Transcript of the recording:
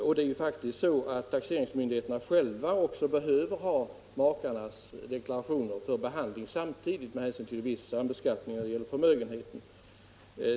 Dessa måste faktiskt ha tillgång till båda makarnas deklarationer för behandling samtidigt med hänsyn till viss sambeskattning när det gäller förmögenheten.